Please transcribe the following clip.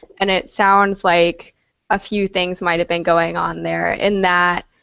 and it sounds like a few things might have been going on there, in that,